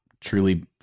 truly